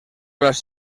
las